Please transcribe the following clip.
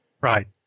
Right